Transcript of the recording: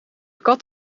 kat